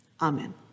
Amen